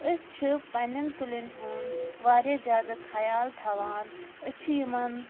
أسۍ چھِ پننیٚن کُلیٚن ہُنٛد واریاہ زیادٕ خیال تھاوان أسۍ چھِ یِمن